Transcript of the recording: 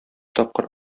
тапкыр